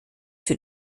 für